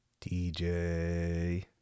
DJ